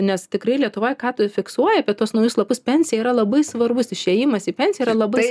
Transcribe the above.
nes tikrai lietuvoj ką tu fiksuoji apie tuos naujus lapus pensija yra labai svarbus išėjimas į pensiją yra labai